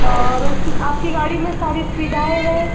और उस आपकी गाड़ी में सारी सुविधाएँ है